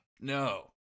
No